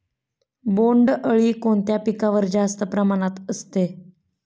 बोंडअळी कोणत्या पिकावर जास्त प्रमाणात असते?